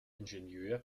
ingenieur